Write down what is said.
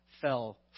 fell